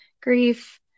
grief